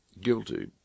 guilty